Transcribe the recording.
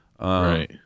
Right